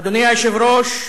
אדוני היושב-ראש,